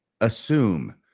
assume